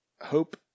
Hope